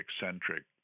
eccentric